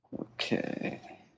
Okay